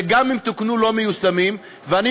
וגם אם תוקנו, לא מיישמים אותן.